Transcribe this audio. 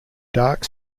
dark